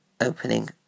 opening